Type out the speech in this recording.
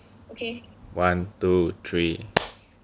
one two three